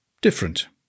different